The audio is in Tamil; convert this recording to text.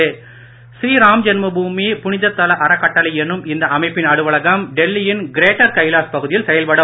ஸ்ரீராம் ஜென்ம பூமி புனிதத்தல அறக்கட்டளை என்னும் இந்த அமைப்பின் அலுவலகம் டெல்லியின் கிரேட்டர் கைலாஷ் பகுதியில் செயல்படும்